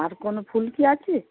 আর কোনো ফুল কি আছে